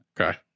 Okay